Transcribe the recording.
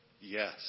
Yes